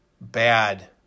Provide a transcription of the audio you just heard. bad